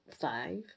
five